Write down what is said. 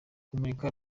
kumurika